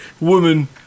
Woman